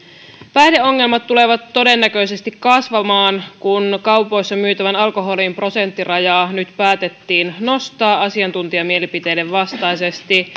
päihdeongelmat tulevat todennäköisesti kasvamaan kun kaupoissa myytävän alkoholin prosenttirajaa nyt päätettiin nostaa asiantuntijamielipiteiden vastaisesti